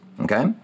Okay